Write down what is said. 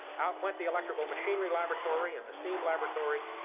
out went the electrical machinery laboratory and the steam laboratory,